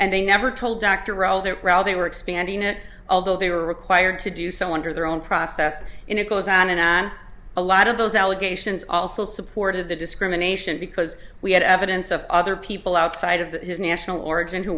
and they never told dr all that they were expanding it although they were required to do so under their own process and it goes on and a lot of those allegations also supported the discrimination because we had evidence of other people outside of that his national origin who